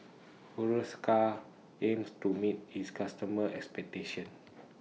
Hiruscar aims to meet its customers' expectations